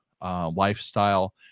lifestyle